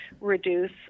reduce